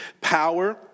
power